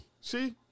See